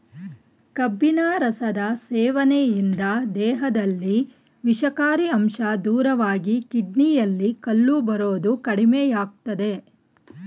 ಕಬ್ಬಿನ ರಸದ ಸೇವನೆಯಿಂದ ದೇಹದಲ್ಲಿ ವಿಷಕಾರಿ ಅಂಶ ದೂರವಾಗಿ ಕಿಡ್ನಿಯಲ್ಲಿ ಕಲ್ಲು ಬರೋದು ಕಡಿಮೆಯಾಗ್ತದೆ